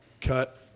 Cut